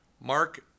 Mark